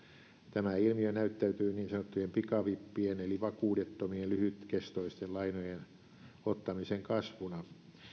tämä ilmiö näyttäytyy niin sanottujen pikavippien eli vakuudettomien lyhytkestoisten lainojen ottamisen kasvuna